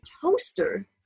toaster